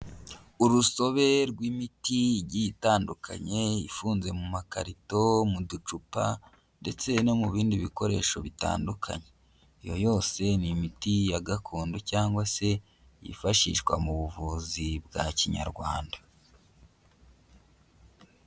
Urusobe rw'imiti igiye itandukanye, ifunze mu makarito mu ducupa, ndetse no mu bindi bikoresho bitandukanye. Iyo yose ni imiti ya gakondo cyangwa se, yifashishwa mu buvuzi bwa kinyarwanda.